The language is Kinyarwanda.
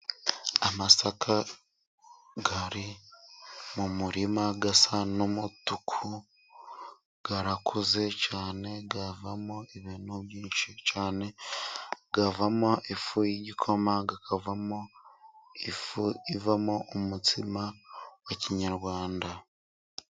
Amasaka ari mu murima asa n'umutuku, arakuze cyane, avamo ibintu byinshi cyane; avamo ifu y'igikoma, akavamo ifu ivamo umutsima w'ikinyarwanda.